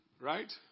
Right